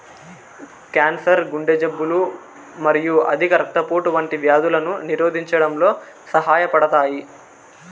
cancer, గుండె జబ్బులు మరియు అధిక రక్తపోటు వంటి వ్యాధులను నిరోధించడంలో సహాయపడతాయి